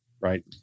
Right